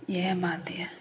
इएह बात हय